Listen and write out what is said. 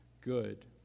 good